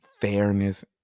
fairness